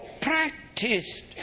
practiced